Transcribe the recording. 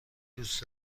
دوست